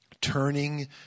turning